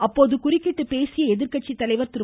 அப்போது குறுக்கிட்டு பேசிய எதிர்கட்சித் தலைவர் திரு